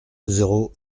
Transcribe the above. zéro